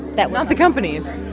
that. not the companies?